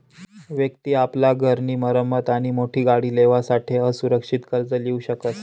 व्यक्ति आपला घर नी मरम्मत आणि मोठी गाडी लेवासाठे असुरक्षित कर्ज लीऊ शकस